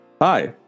Hi